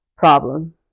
Problem